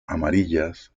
amarillas